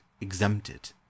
exempted